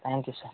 thank you sir